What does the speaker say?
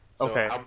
Okay